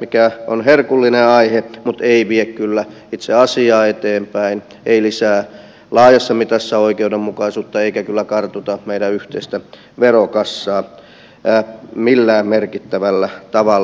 mikä on herkullinen aihe mutta ei vie kyllä itse asiaa eteenpäin ei lisää laajassa mitassa oikeudenmukaisuutta eikä kyllä kartuta meidän yhteistä verokassaa millään merkittävällä tavalla